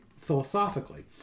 philosophically